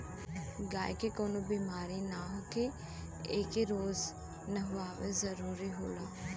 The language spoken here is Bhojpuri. गायी के कवनो बेमारी ना होखे एके रोज नहवावे जरुरत होला